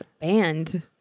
band